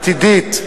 עתידית,